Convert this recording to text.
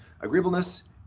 Agreeableness